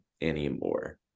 anymore